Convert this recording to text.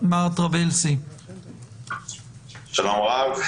שלום רב,